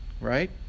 right